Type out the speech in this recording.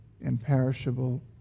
imperishable